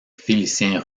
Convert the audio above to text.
félicien